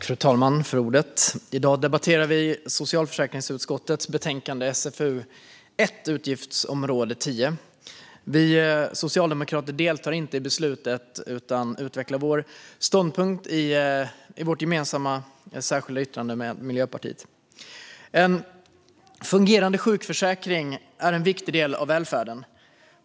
Fru talman! I dag debatterar vi socialförsäkringsutskottets betänkande SfU1 om utgiftsområde 10. Vi socialdemokrater deltar inte i beslutet utan utvecklar vår ståndpunkt i vårt och Miljöpartiets gemensamma särskilda yttrande. En fungerande sjukförsäkring är en viktig del av välfärden.